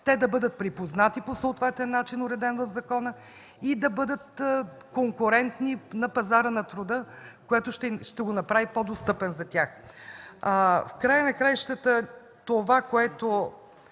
да бъдат припознати по съответен начин, уреден в закона, и да бъдат конкурентни на пазара на труда, което ще го направи по-достъпен за тях. В края на краищата това, което